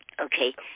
okay